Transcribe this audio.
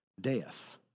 death